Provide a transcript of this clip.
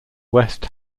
west